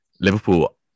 Liverpool